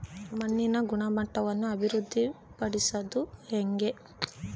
ಮಣ್ಣಿನ ಗುಣಮಟ್ಟವನ್ನು ಅಭಿವೃದ್ಧಿ ಪಡಿಸದು ಹೆಂಗೆ?